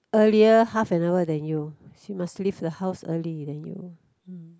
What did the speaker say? earlier half an hour than you she must leave the house early than you mm